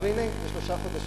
אבל הנה, שלושה חודשים.